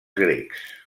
grecs